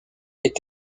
est